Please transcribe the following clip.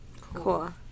Cool